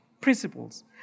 principles